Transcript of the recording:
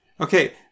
Okay